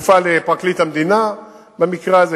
כפופה לפרקליט המדינה במקרה הזה,